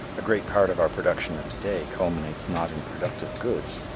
a great part of our production of to-day culminates not in productive goods,